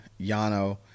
Yano –